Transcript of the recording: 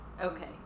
okay